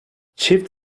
çift